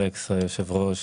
אלכס היושב-ראש,